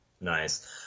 Nice